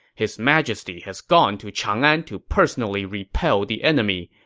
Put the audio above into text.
his majesty has gone to chang'an to personally repel the enemy.